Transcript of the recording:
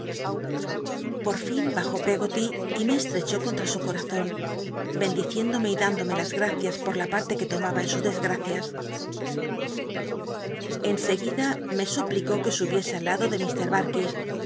por fin bajó peggoly y me estrechó co ntra su corazon bendiciéndomc y dándome las gracias por la parte que tomaba en sus desgracias biblioteca nacional de españa da vid copperfield lij en seguida me suplicó que subiese al lado de